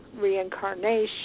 reincarnation